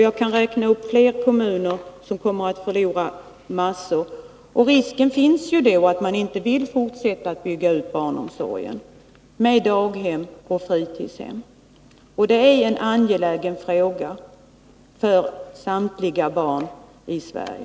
Jag kan räkna upp fler kommuner som kommer att förlora massor av pengar. Risken finns att kommunerna inte vill fortsätta att bygga ut barnomsorg med daghem och fritidshem, och det är något som angeläget berör samtliga barn i Sverige.